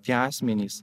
tie asmenys